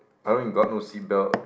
I mean got no seatbelt